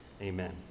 Amen